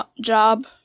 job